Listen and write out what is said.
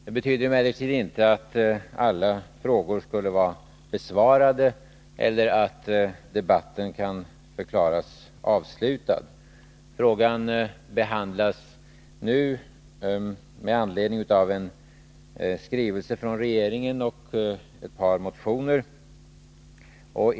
Det betyder emellertid inte att alla frågor skulle vara besvarade eller att debatten kan förklaras avslutad. Frågan behandlas nu med anledning av en skrivelse från regeringen och ett par motioner.